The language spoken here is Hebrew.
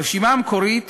הרשימה המקורית